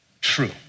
true